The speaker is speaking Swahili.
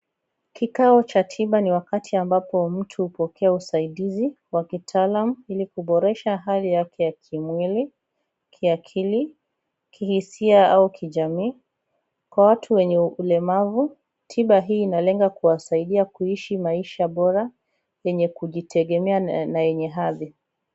Kikao cha tiba ni wakati ambapo mtu hupokea usaidizi wa kitaalam ili kuboresha hali yake ya kimwili, kiakili, kihisia au kijamii. Kwa watu wenye ulemavu, tiba hii inalenga kuwasaidia kuishi maisha bora yenye kujitegemea na yenye hadhi.